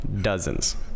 dozens